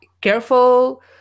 careful